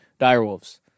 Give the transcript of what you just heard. direwolves